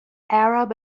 arab